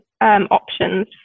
options